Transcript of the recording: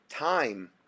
time